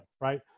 right